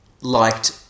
liked